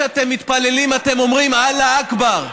כשאתם מתפללים אתם אומרים: אללה אכבר,